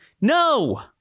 No